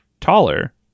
taller